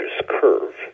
curve